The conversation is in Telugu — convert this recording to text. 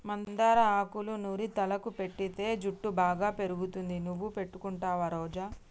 మందార ఆకులూ నూరి తలకు పెటితే జుట్టు బాగా పెరుగుతుంది నువ్వు పెట్టుకుంటావా రోజా